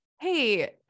Hey